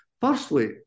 Firstly